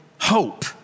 hope